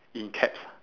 in caps